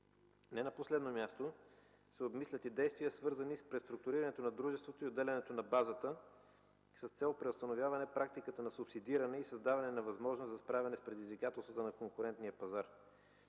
Не на последно място се обмислят и действия, свързани с преструктурирането на дружеството и отделянето на базата с цел преустановяване практиката на субсидиране и създаване на възможност за справяне с предизвикателствата на конкурентния пазар.